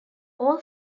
all